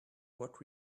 what